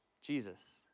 Jesus